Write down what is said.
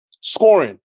scoring